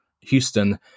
Houston